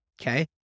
Okay